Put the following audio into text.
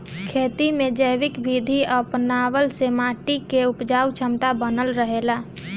खेती में जैविक विधि अपनवला से माटी के उपजाऊ क्षमता बनल रहेला